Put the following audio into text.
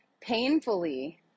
painfully